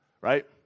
right